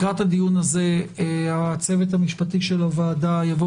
לקראת הדיון הזה הצוות המשפטי של הוועדה יבוא